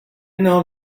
know